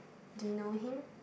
do you know him